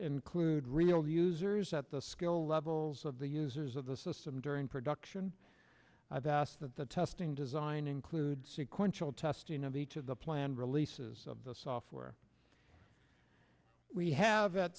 include real users at the skill levels of the users of the system during production i've asked that the testing design includes sequential test one of each of the planned releases of the software we have